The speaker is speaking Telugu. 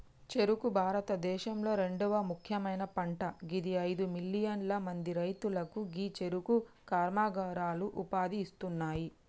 చెఱుకు భారతదేశంలొ రెండవ ముఖ్యమైన పంట గిది అయిదు మిలియన్ల మంది రైతులకు గీ చెఱుకు కర్మాగారాలు ఉపాధి ఇస్తున్నాయి